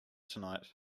tonight